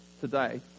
today